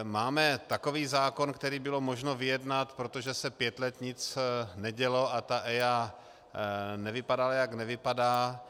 Máme takový zákon, který bylo možno vyjednat, protože se pět let nic nedělo a ta EIA nevypadala, jak nevypadá.